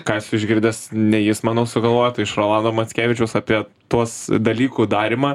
ką išgirdęs ne jis manau sugalvojo tai iš rolando mackevičiaus apie tuos dalykų darymą